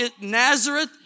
Nazareth